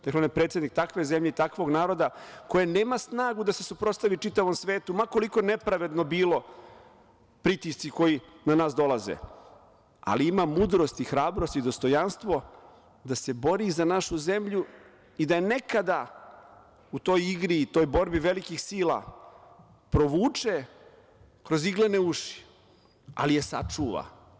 Dakle, on je predsednik takve zemlje i takvog naroda koja nema snagu da se suprotstavi čitavom svetu ma koliko nepravedni bili pritisci koji na nas dolaze, ali ima mudrosti, hrabrosti, dostojanstvo da se bori za našu zemlju i da je nekada u toj igri i toj borbi velikih sila provuče kroz iglene uši, ali je sačuva.